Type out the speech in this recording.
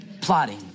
Plotting